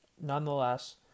Nonetheless